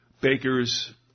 Baker's